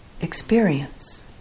experience